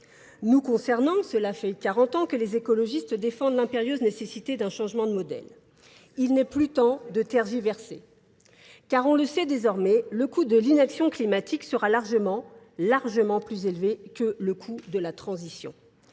Nous concernons, cela fait 40 ans que les écologistes défendent l'impérieuse nécessité d'un changement de modèle. Il n'est plus temps de tergiverser. Car on le sait désormais, le coût de l'inaction climatique sera largement plus élevé que le coût de la transition.